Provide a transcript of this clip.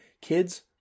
Kids